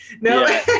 no